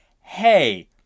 hey